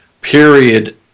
period